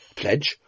pledge